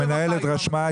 המנהלת רשמה.